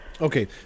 Okay